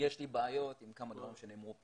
יש לי בעיות עם כמה דברים שנאמרו פה.